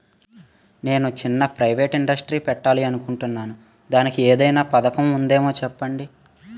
నేను చిన్న private industry పెట్టాలి అనుకుంటున్నా దానికి ఏదైనా పథకం ఉందేమో చెప్పండి?